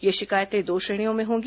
ये शिकायतें दो श्रेणियों में होंगी